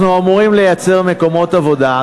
אנחנו אמורים לייצר מקומות עבודה,